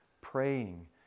praying